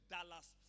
Dallas